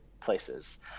places